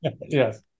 Yes